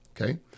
okay